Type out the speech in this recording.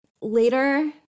later